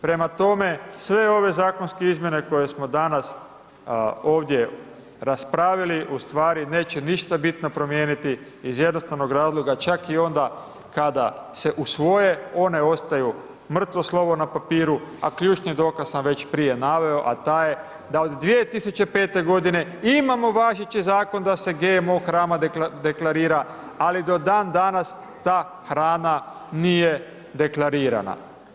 Prema tome, sve ove zakonske izmjene koje smo danas, ovdje raspravili, ustvari neće ništa bitno promijeniti, iz jednostavnog razloga, kada se usvoje, one ostaju mrtvo slovo na papiru, a ključni dokaz sam već prije naveo, a taj je da od 2005. g. imamo važeći zakon da se GMO hrana deklarira, ali do dan danas, ta hrana nije deklarirana.